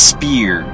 Spear